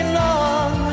long